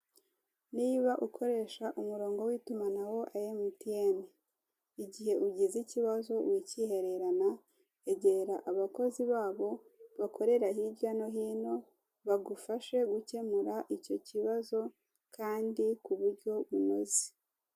Niba ukoresha umurongo w'itumanaho wa Mtn igihe ugize ikibazo wikihererana egera abakozi babo bakorera hirya no hino bagufashe gukemura icyo kibazo kandi ku buryo bunoze.